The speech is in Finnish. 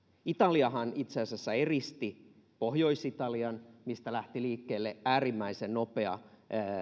italiahan itse asiassa eristi pohjois italian mistä lähti liikkeelle äärimmäisen nopea